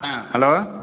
ஆ hello